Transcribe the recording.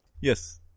Yes